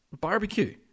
barbecue